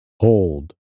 hold